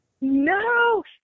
No